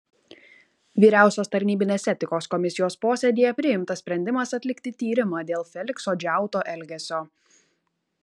vyriausios tarnybinės etikos komisijos posėdyje priimtas sprendimas atlikti tyrimą dėl felikso džiauto elgesio